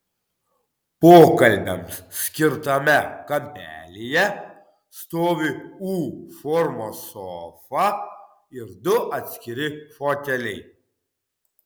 pokalbiams skirtame kampelyje stovi u formos sofa ir du atskiri foteliai